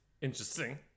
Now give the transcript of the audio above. Interesting